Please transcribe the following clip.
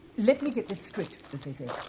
let me get this straight, as they say.